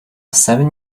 seven